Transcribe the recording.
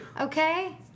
Okay